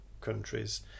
countries